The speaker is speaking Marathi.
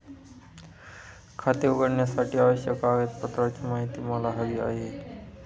खाते उघडण्यासाठीच्या आवश्यक कागदपत्रांची माहिती मला हवी आहे